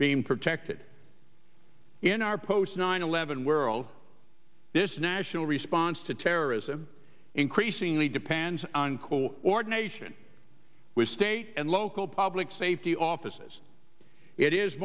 being protected in our post nine eleven world this national response to terrorism increasingly depends on coordination with state and local public safety offices it is